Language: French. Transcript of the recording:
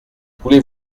voulez